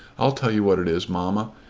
i'll tell you what it is, mamma.